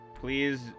please